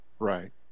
right